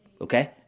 okay